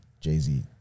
Jay-Z